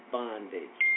bondage